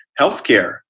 healthcare